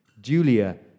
Julia